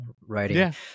writing